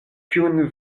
kiun